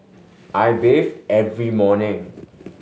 I bathe every morning